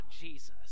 Jesus